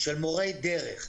של מורי דרך,